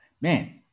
Man